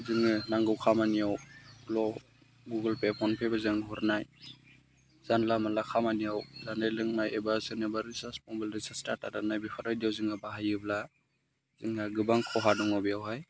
जोङो नांगौ खामानियावल' गुगोलपे फनपेफोरजों हरनाय जानला मानला खामानियाव जानाय लोंनाय एबा सोरनोबा रिचार्स मबाइल रिचार्स दाननाय दाता बेफोरबायदियाव जोङो बाहायोब्ला जोंनिया गोबां खहा दङ बेवहाय